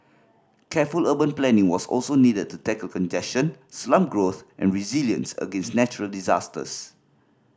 careful urban planning was also needed to tackle congestion slum growth and resilience against natural disasters